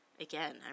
again